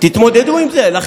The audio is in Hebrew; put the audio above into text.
תתמודדו עם זה.